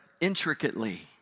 intricately